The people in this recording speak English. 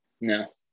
No